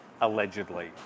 Allegedly